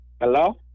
Hello